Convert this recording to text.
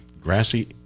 grassy